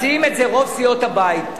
מציעות את זה רוב סיעות הבית.